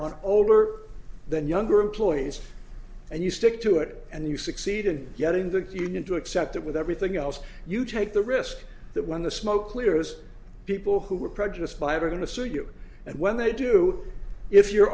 on older than younger employees and you stick to it and you succeed in getting the union to accept that with everything else you take the risk that when the smoke clears people who are prejudiced five are going to sue you and when they do if you